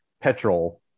petrol